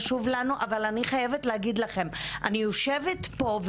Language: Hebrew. חשוב אבל חייבת להגיד שאני יושבת פה,